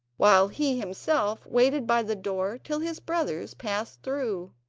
while he himself waited by the door till his brothers passed through.